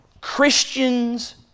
Christians